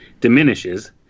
diminishes